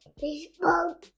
Baseball